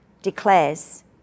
declares